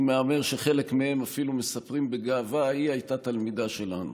אני מהמר שחלק מהם אפילו מספרים בגאווה: היא הייתה תלמידה שלנו.